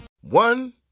One